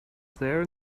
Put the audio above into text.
there